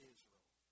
Israel